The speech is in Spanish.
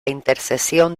intersección